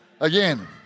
again